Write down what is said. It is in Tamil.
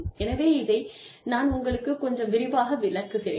எனவே இதை நான் உங்களுக்கு கொஞ்சம் விரிவாக விளக்குகிறேன்